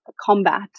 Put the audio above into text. combat